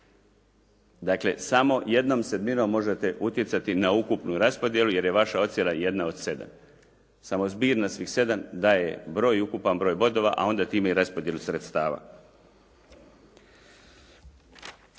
dakle samo jednom sedminom možete utjecati na ukupnu raspodjelu jer je vaša ocjena jedna od sedam. Samo zbirno svih sedam daje ukupan broj bodova a onda time i raspodjelu sredstava.